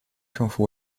政府